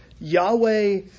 Yahweh